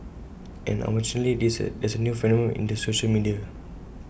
and unfortunately this there is A new phenomenon in the social media